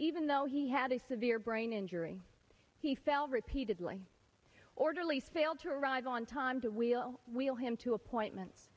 even though he had a severe brain injury he fell repeatedly orderly failed to arrive on time to wheel wheel him to appointments